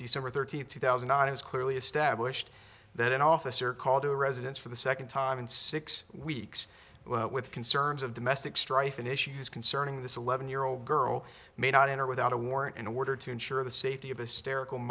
december thirteenth two thousand and it was clearly established that an officer called to a residence for the second time in six weeks with concerns of domestic strife and issues concerning this eleven year old girl may not enter without a warrant in order to ensure the safety of a steri